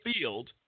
field